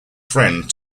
friend